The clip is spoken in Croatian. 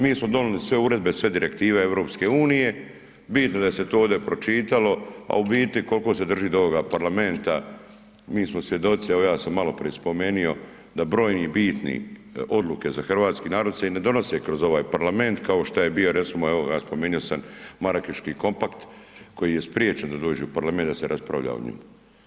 Mi smo donijeli sve uredbe, sve direktive EU, bitno da se to ovdje pročitalo, a u biti, koliko se drži do ovoga parlamenta, mi smo svjedoci, evo ja sam maloprije spomenuo da brojni bitni odluke za hrvatski narod se i ne donose kroz ovaj parlament, kao što je bio recimo, spomenuo sam Marakeški kompakt koji je spriječen da dođe u parlament da se raspravlja o njemu.